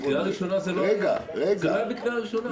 זה לא היה בקריאה ראשונה.